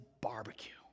barbecue